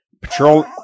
Patrol